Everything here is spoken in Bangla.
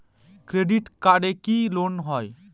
ক্রেডিট কার্ডে কি লোন হয়?